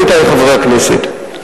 עמיתי חברי הכנסת,